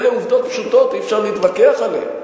אלה עובדות פשוטות, אי-אפשר להתווכח עליהן.